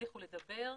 יצליחו לדבר.